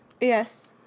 yes